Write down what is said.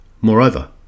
Moreover